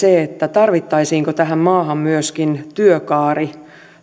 tarvittaisiinko tähän maahan myöskin työkaari